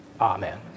Amen